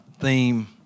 theme